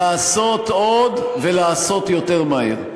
עשר שנים, לעשות עוד, מה זה, ולעשות יותר מהר.